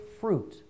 fruit